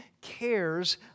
cares